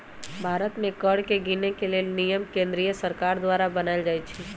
भारत में कर के गिनेके लेल नियम केंद्रीय सरकार द्वारा बनाएल जाइ छइ